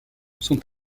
sont